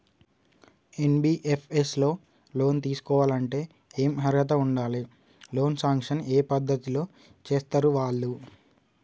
NBFS లో loan తీస్కోవాలంటే ఏం అర్హత ఉండాలి? లోన్ సాంక్షన్ ఏ పద్ధతి లో చేస్తరు వాళ్లు?